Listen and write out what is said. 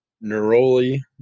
neroli